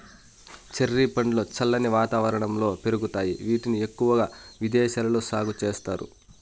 cherry పండ్లు చల్లని వాతావరణంలో పెరుగుతాయి, వీటిని ఎక్కువగా విదేశాలలో సాగు చేస్తారు